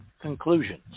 conclusions